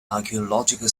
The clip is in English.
archaeological